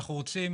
אנחנו רוצים